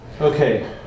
Okay